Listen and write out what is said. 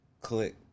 Click